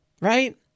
right